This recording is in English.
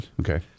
Okay